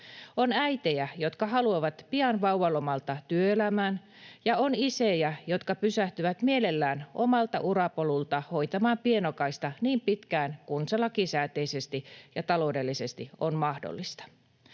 On äitejä, jotka haluavat pian vauvalomalta työelämään, ja on isejä, jotka pysähtyvät mielellään omalta urapolulla hoitamaan pienokaista niin pitkään kuin se lakisääteisesti ja taloudellisesti on mahdollista.